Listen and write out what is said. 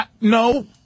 No